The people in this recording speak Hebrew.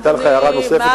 היתה לך הערה נוספת.